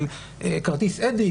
של כן כרטיס אדי,